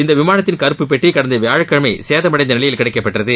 இந்த விமானத்தின் கருப்புப்பெட்டி கடந்த வியாழக்கிழமை சேதமடைந்த நிலையில் கிடைக்கப் பெற்றது